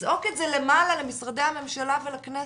לצעוק את זה למעלה למשרדי הממשלה ולכנסת,